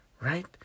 Right